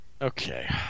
Okay